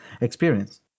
experience